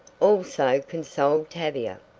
also consoled tavia.